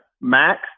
Max